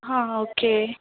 हा ओके